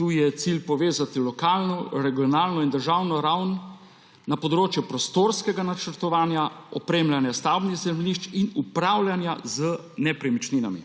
Tu je cilj povezati lokalno, regionalno in državno raven na področju prostorskega načrtovanja, opremljanja stavbnih zemljišč in upravljanja z nepremičninami.